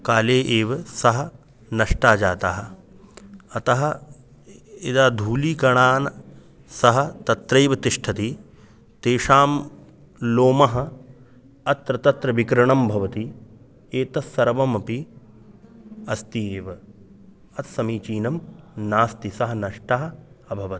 काले एव सः नष्टः जातः अतः यदा धूलीकणान् सः तत्रैव तिष्ठति तेषां लोमः अत्र तत्र विकीर्णं भवति एतत्सर्वमपि अस्ति एव असमीचीनं नास्ति सः नष्टः अभवत्